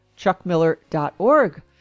chuckmiller.org